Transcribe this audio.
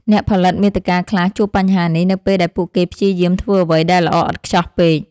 អ្នកផលិតមាតិកាខ្លះជួបបញ្ហានេះ នៅពេលដែលពួកគេព្យាយាមធ្វើអ្វីដែលល្អឥតខ្ចោះពេក។